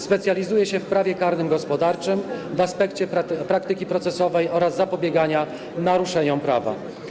Specjalizuje się w prawie karnym gospodarczym w aspekcie praktyki procesowej oraz zapobiegania naruszeniom prawa.